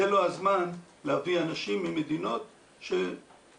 זה לא הזמן להביא אנשים ממדינות אדומות,